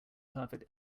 perfect